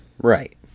Right